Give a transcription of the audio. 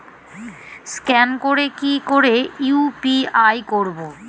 Scan করে কি করে ইউ.পি.আই করবো?